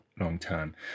long-term